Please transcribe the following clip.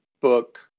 book